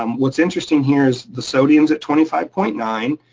um what's interesting here is the sodium's at twenty five point nine.